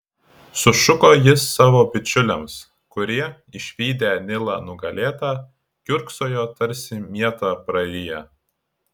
sušuko jis savo bičiuliams kurie išvydę nilą nugalėtą kiurksojo tarsi mietą prariję